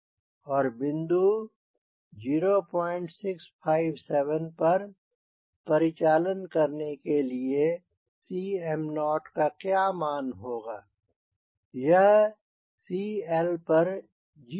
और बिंदु 0657 पर परिचालन करने के लिए Cm0 का क्या मान होगा यह CL पर 0 है